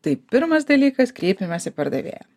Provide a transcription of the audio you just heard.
tai pirmas dalykas kreipiamės į pardavėją